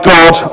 God